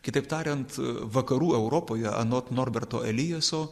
kitaip tariant vakarų europoje anot norberto elijaso